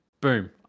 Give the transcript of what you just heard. boom